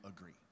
agree